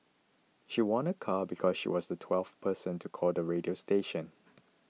she won a car because she was the twelfth person to call the radio station